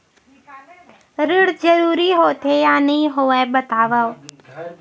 ऋण जरूरी होथे या नहीं होवाए बतावव?